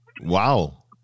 Wow